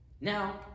Now